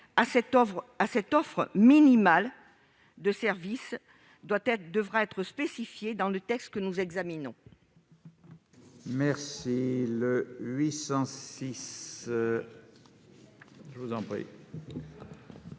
à cette offre minimale de service doit être spécifié dans le texte que nous examinons.